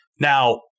Now